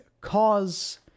cause